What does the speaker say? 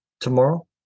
tomorrow